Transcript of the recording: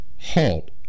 halt